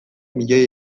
milioi